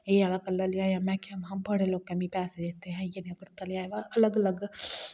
एह् आहला कलर लेई आयां में आखेआ बड़ा लोकें मिगी पैसे दित्ते हे इयै नेहा कुर्ता लेई आयां पर अलग अलग